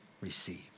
receive